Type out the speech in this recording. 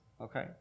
Okay